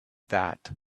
that